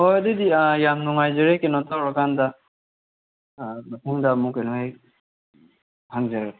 ꯍꯣꯏ ꯑꯗꯨꯗꯤ ꯌꯥꯝꯅ ꯅꯨꯡꯉꯥꯏꯖꯔꯦ ꯀꯩꯅꯣ ꯇꯧꯔꯀꯥꯟꯗ ꯃꯇꯨꯡꯗ ꯑꯃꯨꯛ ꯀꯩꯅꯣ ꯍꯦꯛ ꯊꯝꯖꯔꯒꯦ